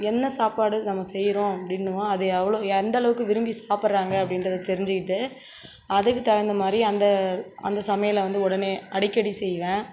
என்ன சாப்பாடு நம்ம செய்கிறோம் அப்படின்னு அது எவ்வளோ எந்தளவுக்கு விரும்பி சாப்பிட்றாங்க அப்படின்றத தெரிஞ்சுக்கிட்டு அதுக்கு தகுந்த மாதிரி அந்த அந்த சமையலை உடனே அடிக்கடி செய்வேன்